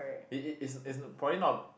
it it it's it's for you not a